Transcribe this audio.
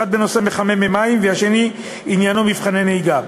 האחד בנושא מחממי מים והשני עניינו מבחני נהיגה.